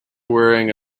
wearing